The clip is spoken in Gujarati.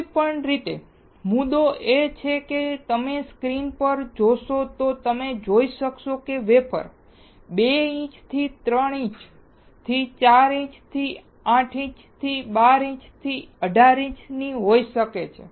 કોઈપણ રીતે મુદ્દો એ છે કે જો તમે સ્ક્રીન જોશો તો તમે જોઈ શકશો કે વેફર 2 ઇંચ થી 3 ઇંચ થી 4 ઇંચ થી 8 ઇંચ થી 12 ઇંચ થી 18 ઇંચની હોઈ શકે છે